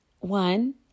one